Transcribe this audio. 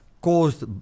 caused